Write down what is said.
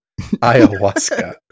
Ayahuasca